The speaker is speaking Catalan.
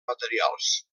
materials